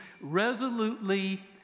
resolutely